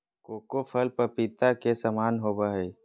cocoa फल पपीता के समान होबय हइ